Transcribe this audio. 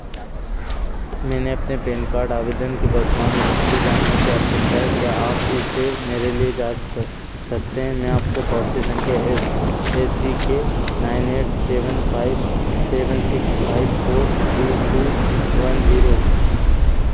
मैंने अपने PAN card आवेदन की वर्तमान स्थिति जानने की आवश्यकता है क्या आप इसे मेरे लिए जाँच कर सकते हैं मैं आपको पावती संख्या S S E K nine eight seven five seven six five four three two one zero